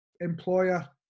employer